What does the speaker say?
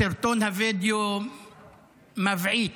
סרטון הווידאו מבעית.